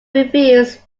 refused